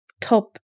top